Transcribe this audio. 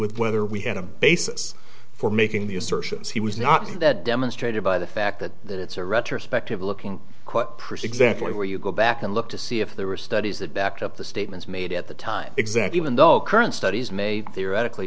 with whether we had a basis for making the assertions he was not that demonstrated by the fact that that it's a retrospective looking quote present where you go back and look to see if there were studies that backed up the statements made at the time exact even though current studies may theoretically